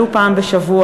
ולו פעם בשבוע,